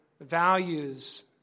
values